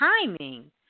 timing